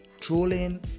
trolling